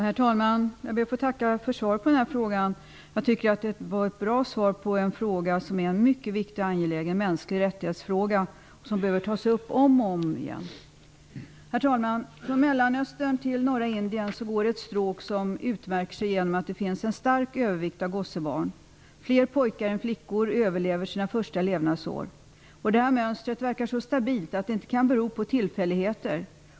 Herr talman! Jag tackar för svaret på min fråga. Jag tycker att det var ett bra svar på en fråga, som är en mycket viktig och angelägen fråga om mänskliga rättigheter. Den behöver tas upp om och om igen. Från Mellanöstern till norra Indien går ett stråk som utmärker sig genom att det råder en stark övervikt av gossebarn. Fler pojkar än flickor överlever sina första levnadsår. Detta mönster verkar så stabilt att det inte kan bero på tillfälligheter.